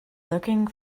lurking